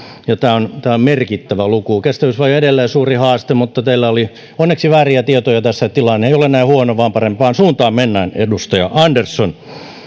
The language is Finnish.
tämä on merkittävä luku kestävyysvaje on edelleen suuri haaste mutta teillä oli onneksi vääriä tietoja tässä eli tilanne ei ole näin huono vaan parempaan suuntaan mennään edustaja andersson